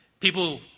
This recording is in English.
People